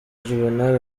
juvenal